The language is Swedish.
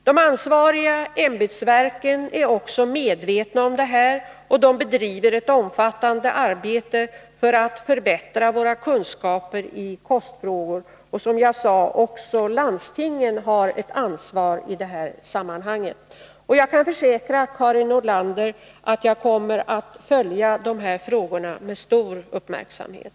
De ansvariga ämbetsverken är också medvetna om detta, och de bedriver ett omfattande arbete för att förbättra våra kunskaper i kostfrågor. Också landstingen har, som jag nämnde, ett ansvar i detta sammanhang. Och jag kan försäkra Karin Nordlander att jag kommer att följa dessa frågor med stor uppmärksamhet.